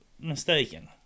mistaken